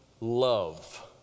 love